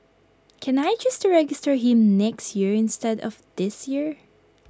can I choose to register him next year instead of this year